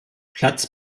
platz